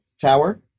tower